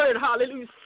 hallelujah